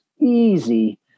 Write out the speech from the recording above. Easy